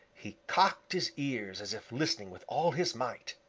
he cocked his ears as if listening with all his might.